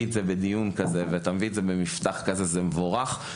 את הנושא הזה לדיון כזה ובמפתח כזה זה מבורך.